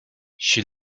she